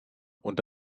und